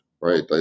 right